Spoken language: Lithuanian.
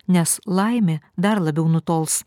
nes laimė dar labiau nutols